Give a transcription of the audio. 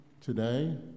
today